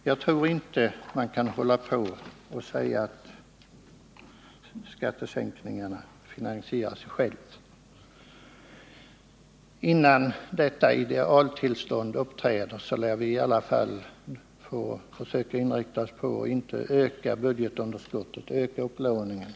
Jag tror inte att man skall hålla fast vid påståenden om att skattesänkningarna finansierar sig själva. Innan detta idealtillstånd inträder lär vi vara tvungna att försöka inrikta oss på att inte öka budgetunderskottet och upplåningen.